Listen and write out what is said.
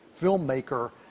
filmmaker